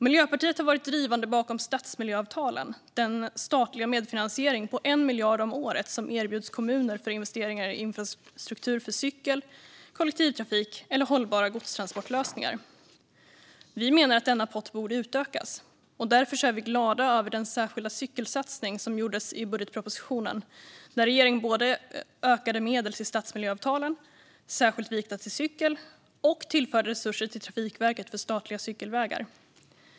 Miljöpartiet har varit drivande bakom stadsmiljöavtalen, den statliga medfinansiering på 1 miljard om året som erbjuds kommuner för investeringar i infrastruktur för cykel, kollektivtrafik eller hållbara godstransportlösningar. Vi menar att denna pott borde utökas. Därför är vi glada över den särskilda cykelsatsning som gjordes i budgetpropositionen, där regeringen både utökade medlen till stadsmiljövtalen särskilt vikta till cykel och tillförde resurser till Trafikverket för statliga cykelvägar.